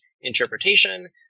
interpretation